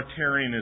authoritarianism